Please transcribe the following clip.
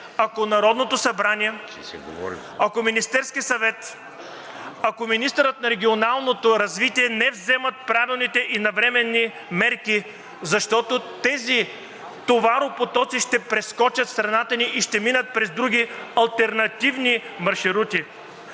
ако Народното събрание, ако Министерският съвет, ако министърът на регионалното развитие не вземат правилните и навременни мерки, защото тези товаропотоци ще прескочат страната ни и ще минат през други алтернативни маршрути.